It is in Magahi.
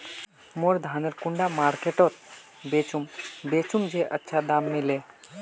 मोर धानेर कुंडा मार्केट त बेचुम बेचुम जे अच्छा दाम मिले?